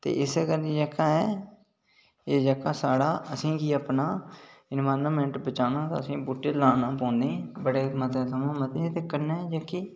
ते इस्सै कारण जेह्का ऐ एह् जेह्का साढ़ा असें गी अपना इनवायरनमैंट बचाना ते असें गी बूहटे लाना पौने बड़े मते थमां मते कि'यां कि